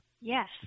Yes